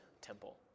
Temple